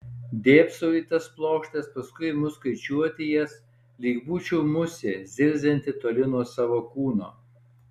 dėbsau į tas plokštes paskui imu skaičiuoti jas lyg būčiau musė zirzianti toli nuo savo kūno